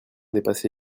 dépassé